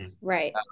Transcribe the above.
Right